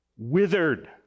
withered